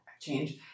change